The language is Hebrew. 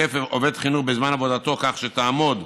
תוקף עובד חינוך בזמן עבודתו כך שתעמוד